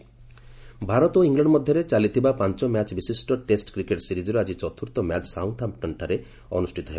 cricket Bharat ଓ England ମଧ୍ୟରେ ଚାଲିଥିବା ପାଞ୍ଚ ମ୍ୟାଚ୍ ବିଶିଷ୍ଟ ଟେଷ୍ଟ କ୍ରିକେଟ୍ ସିରିକ୍ର ଆଜି ଚତୁର୍ଥ ମ୍ୟାଚ୍ ସାଉଥାଂପଟନ୍ଠାରେ ଅନୁଷ୍ଠିତ ହେବ